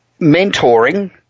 mentoring